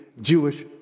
Jewish